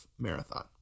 marathon